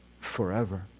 Forever